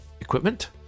equipment